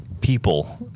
people